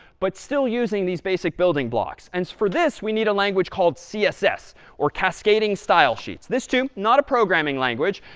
but still using these basic building blocks. and for this, we need a language called css or cascading style sheets. this, too, not a programming language,